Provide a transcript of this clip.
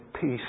peace